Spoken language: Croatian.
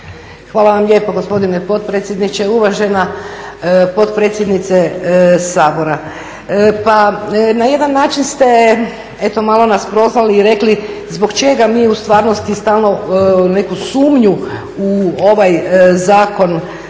Hvala vam lijepo gospodine potpredsjedniče. Uvažena potpredsjednice Sabora, pa na jedan način ste eto malo nas prozvali i rekli zbog čega mi u stvarnosti stalno neku sumnju u ovaj zakon